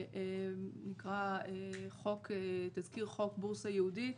זה נקרא תזכיר חוק בורסה יהודית,